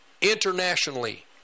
internationally